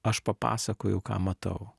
aš papasakojau ką matau